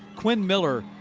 quinn miller,